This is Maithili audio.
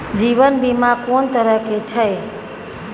जीवन बीमा कोन तरह के छै?